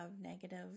negative